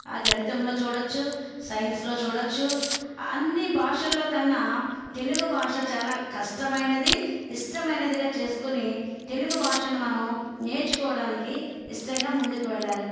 ఆ గణితంలో చూడవచ్చు సైన్స్లో చూడవచ్చు అన్ని భాషల్లో కన్నా తెలుగు భాష చాలా కష్టమైనది ఇష్టమైనదిగా చేసుకుని తెలుగు భాషను మనం నేర్చుకోవడానికి ఇష్టంగా ముందుకు వెళ్ళాలి